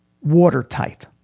watertight